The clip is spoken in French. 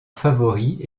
favori